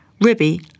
Ribby